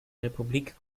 republik